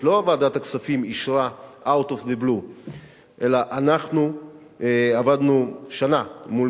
לא ועדת הכספים אישרה out of the blue אלא אנחנו עבדנו שנה מול